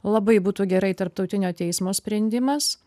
labai būtų gerai tarptautinio teismo sprendimas